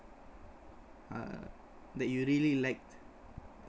uh that you really liked